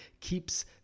keeps